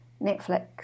Netflix